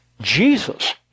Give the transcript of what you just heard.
Jesus